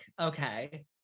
Okay